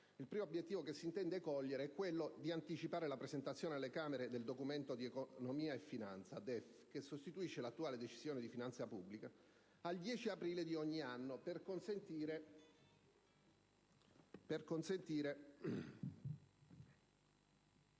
il primo obiettivo che si intende cogliere è quello di anticipare la presentazione alle Camere del Documento di economia e finanza (DEF), che sostituisce l'attuale Decisione di finanza pubblica (DFP), al 10 aprile di ogni anno per consentire